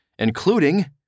including